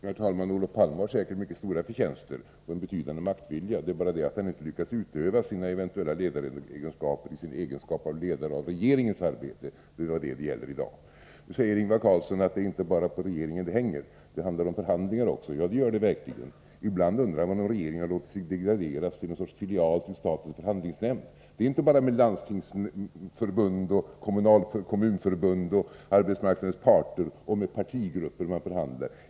Herr talman! Olof Palme har säkert mycket stora förtjänster och en betydande maktvilja. Det är bara det att han inte lyckas utöva sina eventuella ledaregenskaper i sin egenskap av ledare av regeringens arbete. Det är det vi diskuterar i dag. Nu säger Ingvar Carlsson att propositionsavlämnandet inte bara hänger på regeringen. Det handlar om förhandlingar också. Ja, det gör det verkligen. Ibland undrar man om regeringen har låtit sig degraderas till någon sorts filial till statens förhandlingsnämnd. Det är inte bara med Landstingsförbundet, Kommunförbundet, arbetsmarknadens parter och partigrupper regeringen förhandlar.